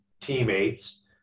teammates